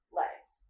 legs